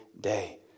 day